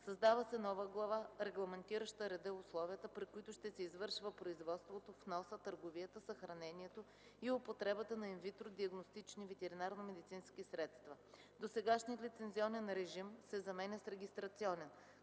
Създава се нова глава, регламентираща реда и условията, при които ще се извършва производството, вноса, търговията, съхранението и употребата на ин витро диагностични ветеринарномедицински средства. Досегашният лицензионен режим се заменя с регистрационен,